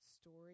story